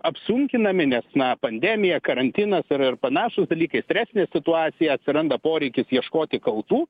apsunkinami nes na pandemija karantinas ir ir panašūs dalykai kai stresinė situacija atsiranda poreikis ieškoti kaltų